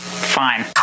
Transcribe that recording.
Fine